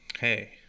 hey